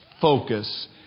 focus